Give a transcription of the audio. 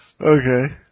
Okay